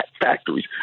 factories